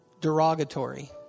derogatory